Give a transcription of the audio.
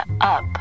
up